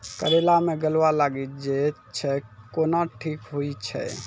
करेला मे गलवा लागी जे छ कैनो ठीक हुई छै?